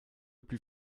plus